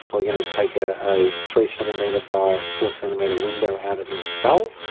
we're going to take ah a three centimetre by four centimetre window out of his skull